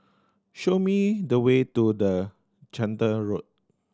show me the way to the Chander Road